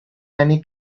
many